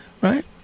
right